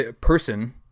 person